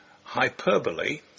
hyperbole